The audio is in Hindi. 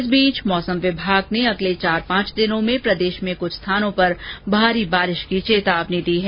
इस बीच मौसम विभाग ने अगले चार पांच दिनों में प्रदेश में कुछ स्थानों पर भारी बारिश की चेतावनी दी है